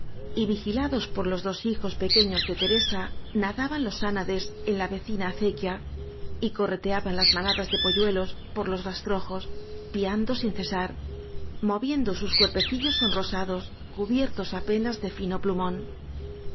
y vigilados por los dos hijos pequeños de teresa nadaban los ánades la en vecina acequia y co rreteaban las manadas de polluelos por los rastrojos piando sin cesar moviendo sus cuerperillos sonrosados cubiertos apenas